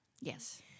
Yes